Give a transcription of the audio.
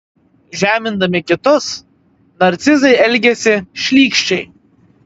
žemindami kitus narcizai elgiasi šlykščiai